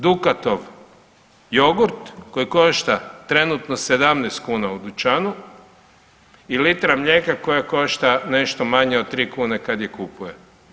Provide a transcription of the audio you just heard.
Dukatov jogurt koji košta trenutno 17 kuna u dućanu i litra mlijeka koja košta nešto manje od tri kune kad je kupujem.